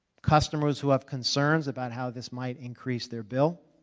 customers who have concerns about how this might increase their bill,